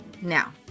Now